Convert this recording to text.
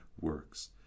works